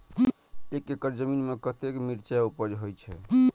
एक एकड़ जमीन में कतेक मिरचाय उपज होई छै?